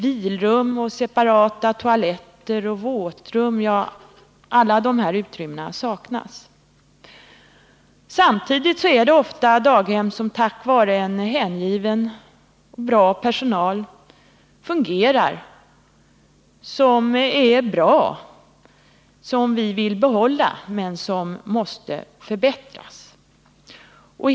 Vilrum, separata toaletter, våtrum — alla sådana utrymmen saknas. Samtidigt är det då ofta daghem som tack vare en hängiven personal är bra och som vi vill behålla men som måste förbättras.